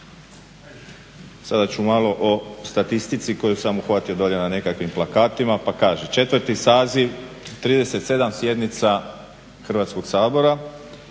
Sada ću malo o statistici koju sam uhvatio dole na nekakvim plakatima pa kaže, četvrti saziv 37 sjednica Hrvatskog sabora,